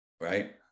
right